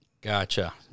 Gotcha